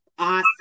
Awesome